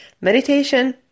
Meditation